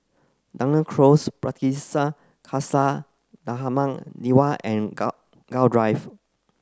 Dunearn Close Pardesi Khalsa Dharmak Diwan and Gul Gul Drive